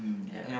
mm yeah